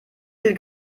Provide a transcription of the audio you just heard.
viel